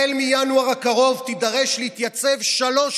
החל בינואר הקרוב תידרש להתייצב שלוש